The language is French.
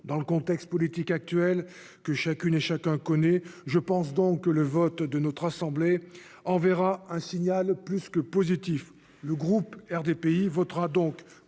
Dans le contexte politique actuel, que chacune et chacun connaît, je pense que le vote de notre assemblée enverra un signal plus que positif. Le groupe RDPI votera donc pour